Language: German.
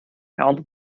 herrn